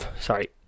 sorry